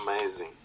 amazing